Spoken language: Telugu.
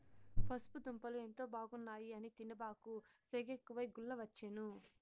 పసుపు దుంపలు ఎంతో బాగున్నాయి అని తినబాకు, సెగెక్కువై గుల్లవచ్చేను